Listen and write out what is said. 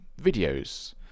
videos